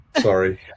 Sorry